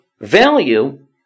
value